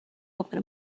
open